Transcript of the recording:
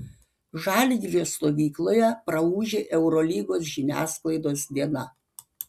žalgirio stovykloje praūžė eurolygos žiniasklaidos diena